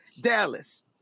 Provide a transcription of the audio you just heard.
Dallas